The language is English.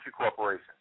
Corporation